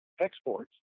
exports